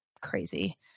Crazy